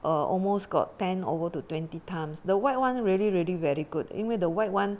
err almost got ten over to twenty times the white [one] really really very good 因为 the white [one]